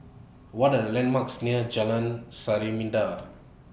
What Are The landmarks near Jalan Samarinda